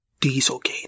Dieselgate